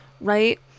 Right